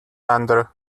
under